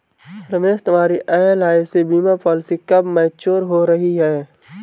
रमेश तुम्हारी एल.आई.सी बीमा पॉलिसी कब मैच्योर हो रही है?